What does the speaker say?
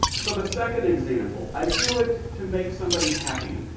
so the second example. i do it to make somebody happy.